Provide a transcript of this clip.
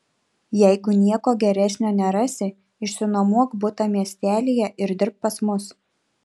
jeigu nieko geresnio nerasi išsinuomok butą miestelyje ir dirbk pas mus